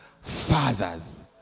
fathers